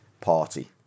party